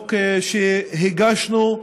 חוק שהגשנו,